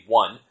one